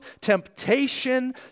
temptation